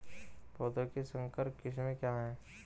पौधों की संकर किस्में क्या हैं?